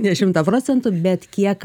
ne šimtą procentų bet kiek